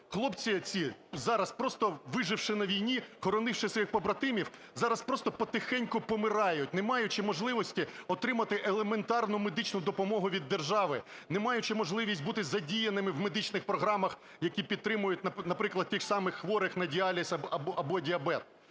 Хлопці оці зараз просто, виживши на війні, хоронивши своїх побратимів, зараз просто потихеньку помирають, не маючи можливості отримати елементарну медичну допомогу від держави, не маючи можливості бути задіяними в медичних програмах, які підтримують, наприклад, тих же самих хворих на діаліз або діабет.